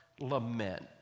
Lament